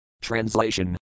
Translation